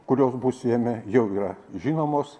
kurios bus jame jau yra žinomos